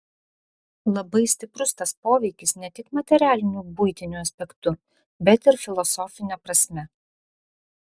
labai stiprus tas poveikis ne tik materialiniu buitiniu aspektu bet ir filosofine prasme